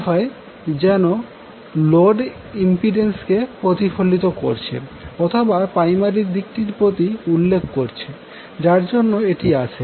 মনে হয় যেন লোড ইম্পিড্যান্সকে প্রতিফলিত করছে অথবা প্রাইমারি দিকটির প্রতি উল্লেখ করছে যার জন্য এটি আসে